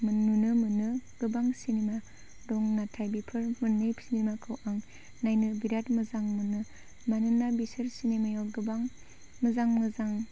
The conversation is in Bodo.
नुनो मोनो गोबां सिनेमा दं नाथाय बेफोर मोननै सिनेमाखौ आं नायनो बिराद मोजां मोनो मानोना बिसोर सिनेमायाव गोबां मोजां मोजां